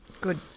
Good